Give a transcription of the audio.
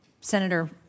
Senator